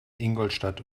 ingolstadt